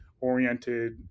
oriented